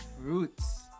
Roots